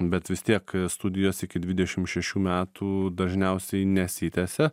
bet vis tiek studijos iki dvidešim šešių metų dažniausiai nesitęsia